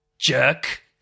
jerk